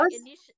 initial